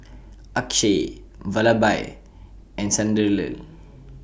Akshay Vallabhbhai and Sunderlal